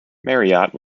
marriott